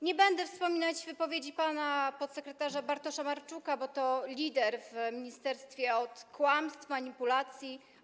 Nie będę wspominać wypowiedzi pana podsekretarza Bartosza Marczuka, bo to lider w ministerstwie od kłamstw, manipulacji.